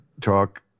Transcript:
talk